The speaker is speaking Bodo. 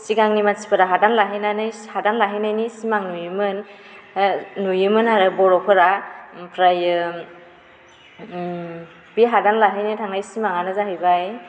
सिगांनि मानसिफोरा हादान लाहैनानै हादान लाहैनायनि सिमां नुयोमोन नुयोमोन आरो बर'फोरा ओमफ्राय बे हादान लाहैनो थांनाय सिमाङानो जाहैबाय